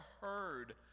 heard